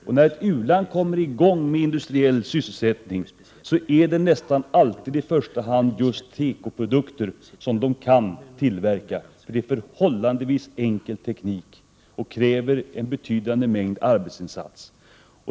När ett u-land kommer i gång med industriell sysselsättning är det nästan alltid i första hand just tekoprodukter som kan tillverkas, eftersom det då rör sig om en förhållandevis enkel teknik med en betydande arbetsinsats.